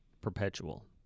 perpetual